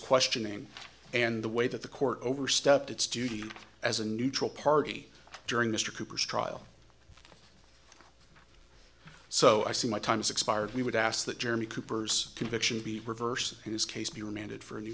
questioning and the way that the court overstepped its duty as a neutral party during mr cooper's trial so i see my time's expired we would ask that german cooper's conviction be reversed his case be remanded for a new